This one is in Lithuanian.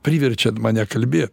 priverčiat mane kalbė